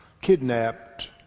kidnapped